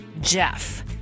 Jeff